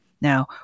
Now